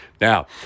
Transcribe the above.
Now